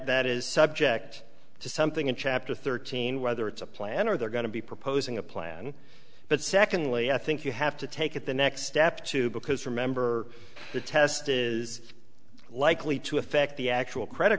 that is subject to something in chapter thirteen whether it's a plan or they're going to be proposing a plan but secondly i think you have to take it the next step too because remember the test is likely to affect the actual credit